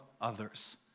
others